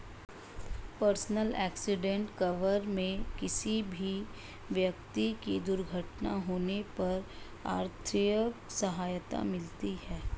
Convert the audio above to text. personal accident cover में किसी भी व्यक्ति की दुर्घटना होने पर आर्थिक सहायता मिलती है